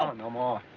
ah no more.